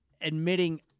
admitting